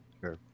Sure